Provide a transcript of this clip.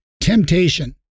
temptation